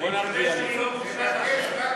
שאני לא מוקלט עכשיו.